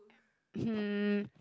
hmm